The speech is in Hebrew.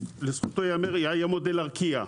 לזכותו יאמר, היה את מודל ארקיע.